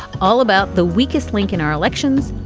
all about the weakest link in our elections.